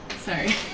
Sorry